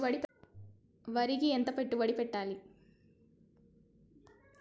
వరికి ఎంత పెట్టుబడి పెట్టాలి?